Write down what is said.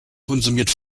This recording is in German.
konsumiert